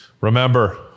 remember